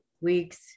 weeks